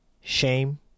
Shame